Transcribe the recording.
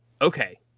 okay